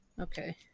Okay